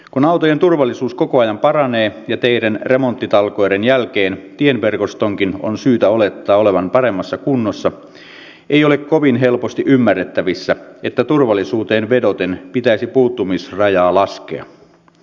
kun autojen turvallisuus koko ajan paranee ja teiden remonttitalkoiden jälkeen tieverkostonkin on syytä olettaa olevan paremmassa kunnossa ei ole kovin helposti ymmärrettävissä että turvallisuuteen vedoten pitäisi puuttumisrajaa laskea